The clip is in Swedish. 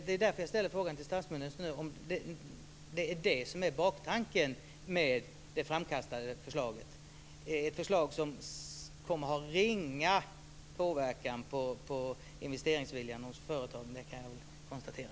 Det är därför jag ställer frågan till statsministern nu, om det är baktanken med det framkastade förslaget, ett förslag som kommer att ha ringa påverkan på investeringsviljan hos företagen. Det kan jag konstatera.